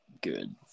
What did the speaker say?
good